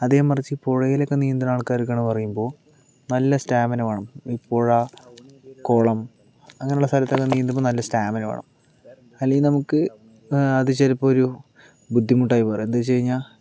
അതേമറിച്ച് പുഴയില് ഒക്കെ നീന്തണ ആള്ക്കാര്ക്കാണ് എന്ന് പറയുമ്പോൾ നല്ല സ്റ്റാമിന വേണം ഈ പുഴ കുളം അങ്ങനെയുള്ള സ്ഥലത്തൊക്കെ നീന്തുമ്പോൾ സ്റ്റാമിന വേണം അല്ലെങ്കിൽ നമുക്ക് അത് ചിലപ്പോൾ ഒരു ബുദ്ധിമുട്ടായി വരാം എന്തെന്ന് വച്ച് കഴിഞ്ഞാൽ